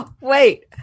Wait